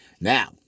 Now